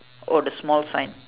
oh the small sign